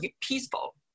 peaceful